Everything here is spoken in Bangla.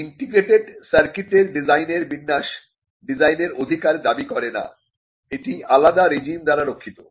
ইন্টিগ্রেটেড সার্কিটের ডিজাইনের বিন্যাস ডিজাইনের অধিকার দাবি করে না এটি আলাদা রেজিম দ্বারা রক্ষিত